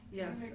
yes